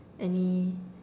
any